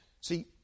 See